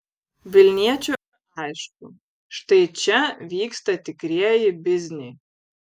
vilniečiui aišku štai čia vyksta tikrieji bizniai